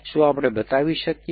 શું આપણે બતાવી શકીએ